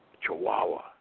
Chihuahua